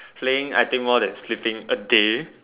playing I think more than sleeping a day